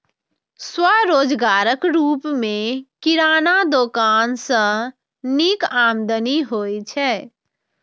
स्वरोजगारक रूप मे किराना दोकान सं नीक आमदनी होइ छै